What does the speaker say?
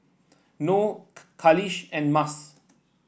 Noh Khalish and Mas